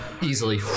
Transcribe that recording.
easily